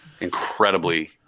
Incredibly